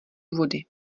vody